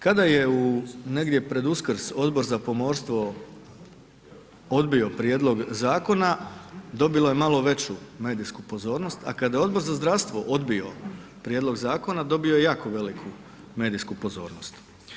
Kada je u negdje pred Uskrs Odbor za pomorstvo odbio prijedlog zakona dobilo je malo veću medijsku pozornost a kada je Odbor za zdravstvo odbio prijedlog zakona dobio je jako veliku medijsku pozornost.